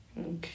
Okay